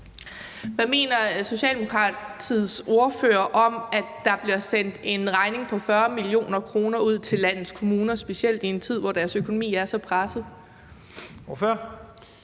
Hvad mener Socialdemokratiets ordfører om, at der bliver sendt en regning på 40 mio. kr. ud til landets kommuner, specielt i en tid, hvor deres økonomi er så presset?